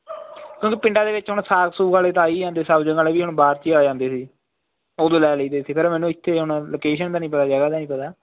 ਕਿਉਂਕਿ ਪਿੰਡਾਂ ਦੇ ਵਿੱਚ ਹੁਣ ਸਾਗ ਸੂਗ ਵਾਲੇ ਤਾਂ ਆ ਹੀ ਜਾਂਦੇ ਸਬਜ਼ੀ ਵਾਲੇ ਵੀ ਹੁਣ ਆ ਜਾਂਦੇ ਸੀ ਉਦੋਂ ਲੈ ਲਈਦੇ ਸੀ ਫਿਰ ਮੈਨੂੰ ਇੱਥੇ ਹੁਣ ਲੋਕੇਸ਼ਨ ਦਾ ਨਹੀਂ ਪਤਾ ਜਗ੍ਹਾ ਦਾ ਨਹੀਂ ਪਤਾ